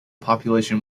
population